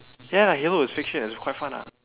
ya lah halo is fiction it's quite fun ah